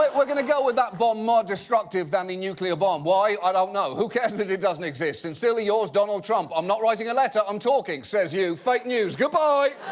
but we're gonna go with that bomb more destructive than the nuclear bomb. why? i don't know! who cares that it doesn't exist? sincerely yours, donald trump. i'm not writing a letter. i'm talking. says you! fake news. goodbye!